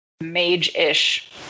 mage-ish